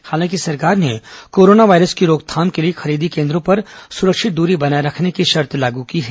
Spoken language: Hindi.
हालांकि सरकार ने कोरोना वायरस की रोकथाम के लिए खरीदी केन्दों पर सुरक्षित दूरी बनाये रखने की शर्त लागू की है